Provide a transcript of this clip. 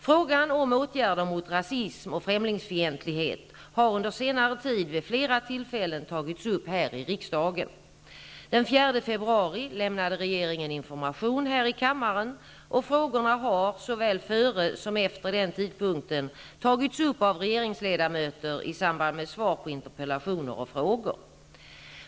Frågan om åtgärder mot rasism och främlingfientlighet har under senare tid vid flera tillfällen tagits upp här i riksdagen. Den 4 februari lämnade regeringen information här i kammaren och frågorna har såväl före som efter den tidpunkten tagits upp av regeringsledamöter i samband med svar på interpellationer och frågor.